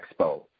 Expo